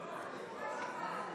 בני,